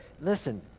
listen